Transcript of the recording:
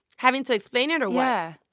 having to explain it, or what? yeah